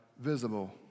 visible